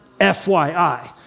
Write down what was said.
FYI